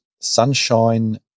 Sunshine